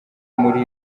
muri